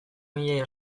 mila